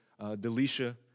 Delisha